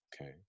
okay